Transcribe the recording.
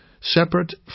separate